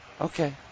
Okay